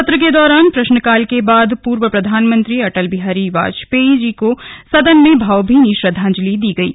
सत्र के दौरान प्रश्नकाल के बाद पूर्व प्रधानमंत्री भारत रत्न अटल बिहारी वाजपेयी को सदन में भावभीनी श्रद्वांजलि दी गयी